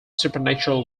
supernatural